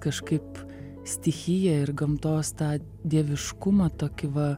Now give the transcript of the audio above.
kažkaip stichiją ir gamtos tą dieviškumą tokį va